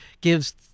gives